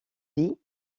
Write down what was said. vie